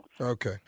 Okay